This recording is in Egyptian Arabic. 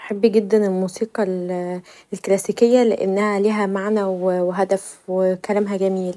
بحب جدا الموسيقه الكلاسيكيه لأنها ليها معني وهدف وكلامها جميل.